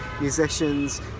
musicians